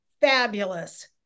fabulous